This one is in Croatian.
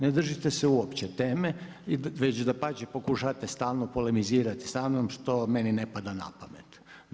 Ne držite se uopće teme, već dapače pokušavate stalno polemizirati samnom što meni ne pada na pamet.